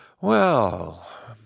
Well